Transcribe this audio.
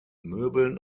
möbeln